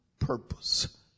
Purpose